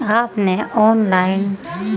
آپ نے on line